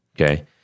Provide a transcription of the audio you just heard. Okay